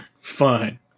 fine